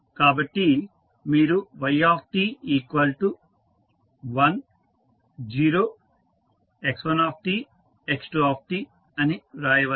కాబట్టి మీరు yt1 0x1 x2 అని కూడా వ్రాయవచ్చు